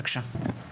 בבקשה.